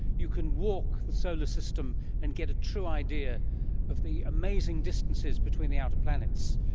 you can walk the solar system and get a true idea of the amazing distances between the outer planets.